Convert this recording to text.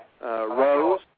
Rose